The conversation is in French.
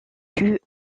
plus